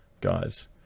guys